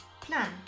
plan